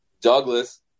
Douglas